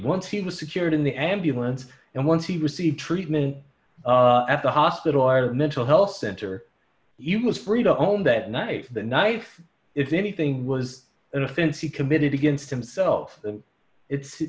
once he was secured in the ambulance and once he received treatment at the hospital or the mental health center you was free to own that knife the knife if anything was an offense is committed against himself and it's